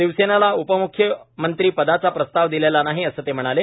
शिवसेनेला उपमुख्यमंत्रीपदाचा प्रस्ताव दिलेला नाही असं ते म्हणाले